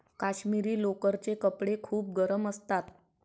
काश्मिरी लोकरचे कपडे खूप गरम असतात